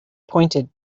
pointed